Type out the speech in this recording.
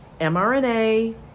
mRNA